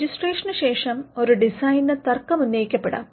രെജിസ്ട്രേഷന് ശേഷം ഒരു ഡിസൈന് തർക്കം ഉന്നയിക്കപ്പെടാം